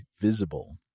Visible